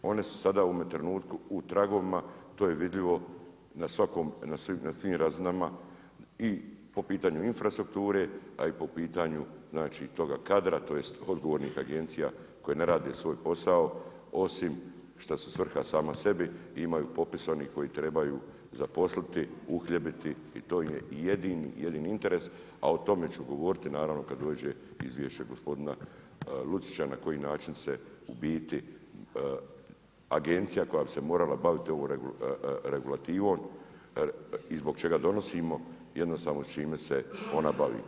One su sada u ovom trenutku u tragovima, to je vidljivo na svim razinama i po pitanju infrastrukture a i po pitanju znači toga kadra, tj., odgovornih agencija koje ne rade svoj posao, osim što su svrha sama sebi i imaju popisanih koji trebaju zaposliti, uhljebiti i to im je jedini, jedini interes, a o tome ću govoriti naravno kad dođe izvješće gospodina Lucića na koji način se u biti agencija koja bi se morala baviti ovom regulativom, i zbog čega donosimo jednostavno s čime se ona bavi.